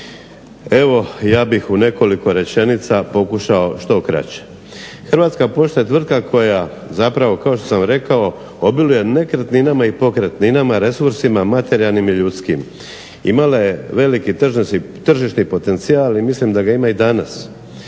evo ja bih u nekoliko rečenica pokušao što kraće. Hrvatska pošta je tvrtka koja zapravo kao što sam rekao obiluje nekretninama i pokretninama, resursima, materijalnim i ljudskim. Imala je veliki tržišni potencijal i mislim da ga ima i danas.